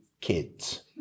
kids